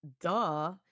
Duh